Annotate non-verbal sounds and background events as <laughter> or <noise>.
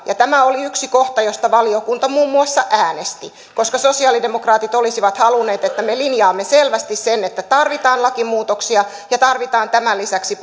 ja tämä oli yksi kohta josta valiokunta muun muassa äänesti koska sosiaalidemokraatit olisivat halunneet että me linjaamme selvästi sen että tarvitaan lakimuutoksia ja tarvitaan tämän lisäksi <unintelligible>